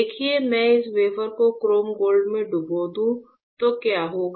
देखिये मैं इस वेफर को क्रोम गोल्ड में डूबा दूं तो क्या होगा